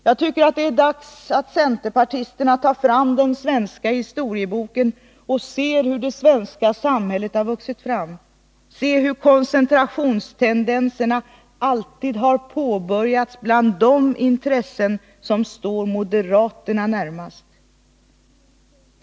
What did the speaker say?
Jag tycker att det är dags att centerpartisterna tar fram den svenska historieboken och ser hur det svenska samhället har vuxit fram, ser hur koncentrationstendenserna alltid har påbörjats bland de intressen som står moderaterna närmast.